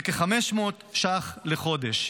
זה כ-500 ש"ח לחודש.